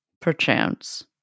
perchance